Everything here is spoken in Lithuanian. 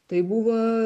tai buvo